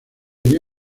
dio